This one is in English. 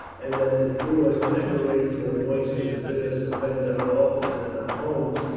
and that the druids ever raise their voices to bid us defend our altars and our homes,